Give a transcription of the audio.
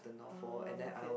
uh okay